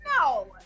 No